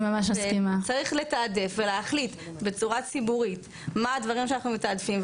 צריך לתעדף ולהחליט בצורה ציבורית מה הדברים שאנחנו מתעדפים,